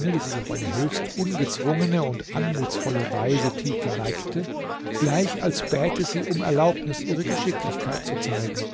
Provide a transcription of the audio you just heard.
die sich auf eine höchst ungezwungene und anmutsvolle weise tief verneigte gleich als bäte sie um erlaubnis ihre geschicklichkeit zu zeigen